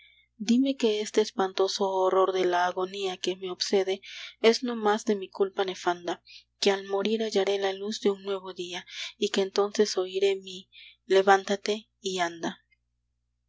díme que este espantoso horror de la agonía que me obsede es no más de mi culpa nefanda que al morir hallaré la luz de un nuevo día y que entonces oiré mi levántate y anda